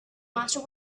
master